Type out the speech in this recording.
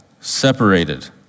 separated